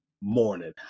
morning